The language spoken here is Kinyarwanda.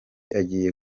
agiye